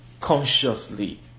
Consciously